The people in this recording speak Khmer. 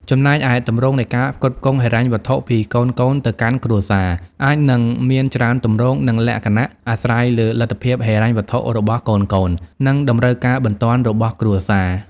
ចំណែកឯ ទម្រង់នៃការផ្គត់ផ្គង់ហិរញ្ញវត្ថុពីកូនៗទៅកាន់គ្រួសារ អាចនឹងមានច្រើនទម្រង់ និងលក្ខណៈ អាស្រ័យលើលទ្ធភាពហិរញ្ញវត្ថុរបស់កូនៗ និងតម្រូវការបន្ទាន់របស់គ្រួសារ។